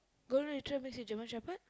golden retriever mix with German Shepard